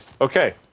okay